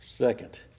second